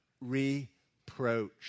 reproach